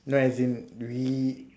no as in we